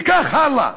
וכך הלאה.